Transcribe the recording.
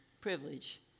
privilege